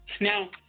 Now